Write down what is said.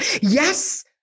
Yes